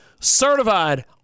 Certified